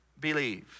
believe